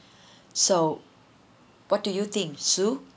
so what do you think sue